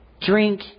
drink